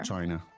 China